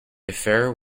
affair